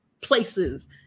Places